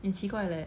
你很奇怪 leh